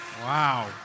Wow